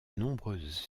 nombreuses